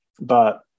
but-